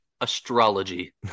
astrology